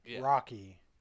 rocky